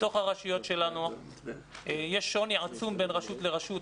בתוך הרשויות שלנו יש שוני עצום בין רשות לרשות,